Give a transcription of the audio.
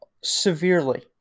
severely